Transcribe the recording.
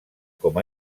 com